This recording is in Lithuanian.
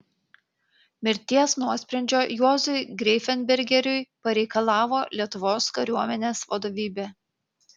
mirties nuosprendžio juozui greifenbergeriui pareikalavo lietuvos kariuomenės vadovybė